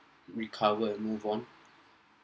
recover and move on